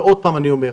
ועוד פעם אני אומר,